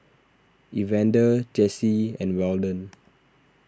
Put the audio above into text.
Evander Jesse and Weldon